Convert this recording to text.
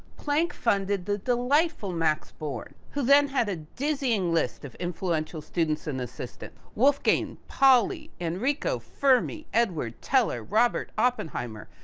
planck funded the delightful max born. who then, had a dizzying list of influential students in the system. wolfgang pauli, enrico fermi, edward teller, robert oppenheimer,